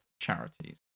charities